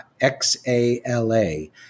X-A-L-A